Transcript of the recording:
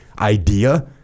idea